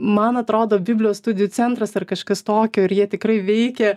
man atrodo biblijos studijų centras ar kažkas tokio ir jie tikrai veikia